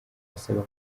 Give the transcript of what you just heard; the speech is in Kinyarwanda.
asaba